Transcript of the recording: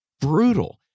brutal